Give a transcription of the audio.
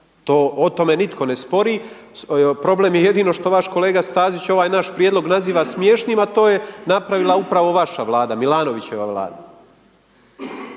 o tome nitko ne spori, problem je jedino što vaš kolega Stazić ovaj naš prijedlog naziva smiješnim a to je napravila upravo vaša Vlada, Milanovićeva Vlada.